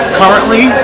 currently